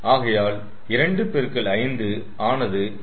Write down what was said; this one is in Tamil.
ஆகையால் 2 பெருக்கல் 5 ஆனது10